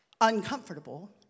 uncomfortable